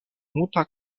muta